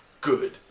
good